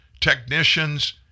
technicians